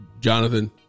Jonathan